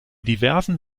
diversen